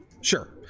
Sure